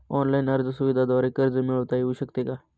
Online अर्ज सुविधांद्वारे कर्ज मिळविता येऊ शकते का?